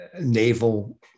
naval